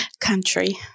Country